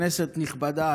כנסת נכבדה,